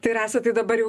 tai rasa tai dabar jau